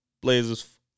Blazers